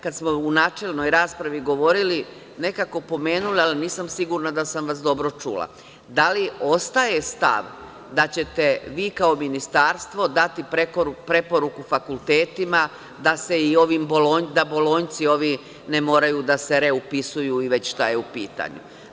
Kada smo u načelnoj raspravi govorili, vi ste pomenuli nekako, ali nisam sigurna da sam vas dobro čula - da li ostaje stav da ćete vi, kao ministarstvo, dati preporuku fakultetima da i ovi "bolonjci" ne moraju da se reupisuju ili šta je već u pitanju?